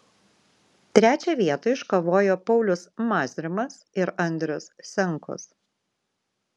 trečią vietą iškovojo paulius mazrimas ir andrius senkus